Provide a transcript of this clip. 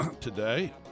today